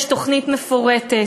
יש תוכנית מפורטת,